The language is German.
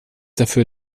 dafür